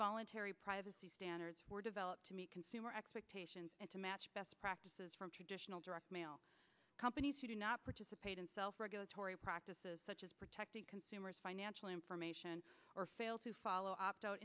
voluntary privacy standards were developed to meet consumer expectations and to match best practices from traditional direct mail companies who do not participate and self regulatory practices such as protecting consumers financial information or fail to follow opt out